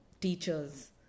teachers